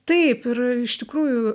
taip ir iš tikrųjų